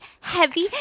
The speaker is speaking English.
heavy